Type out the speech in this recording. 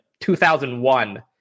2001